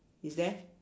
is there